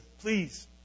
please